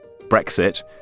Brexit